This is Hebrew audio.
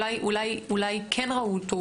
אולי כן ראו אותו.